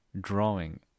drawing